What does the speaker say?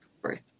birth